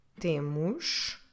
temos